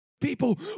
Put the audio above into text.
people